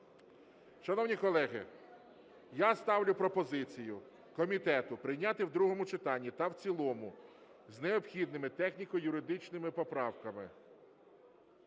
Шановні колеги, я ставлю пропозицію комітету прийняти в другому читанні та в цілому з необхідними техніко-юридичними поправками